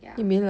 ya